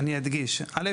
אני אדגיש, א',